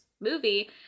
movie